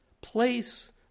place